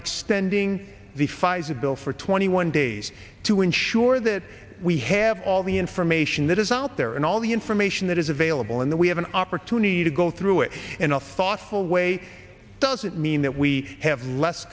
extending the pfizer bill for twenty one days to ensure that we have all the information that is out there and all the information that is available and then we have an opportunity to go through it in a thoughtful way doesn't mean that we have less